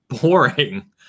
boring